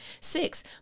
Six